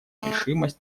решимость